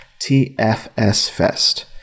TFSFest